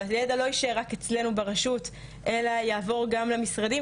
שהידע לא ישאר רק אצלנו ברשות אלא יעבור גם למשרדים